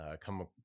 come